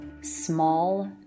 Small